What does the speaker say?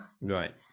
right